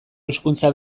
hizkuntza